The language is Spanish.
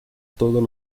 todos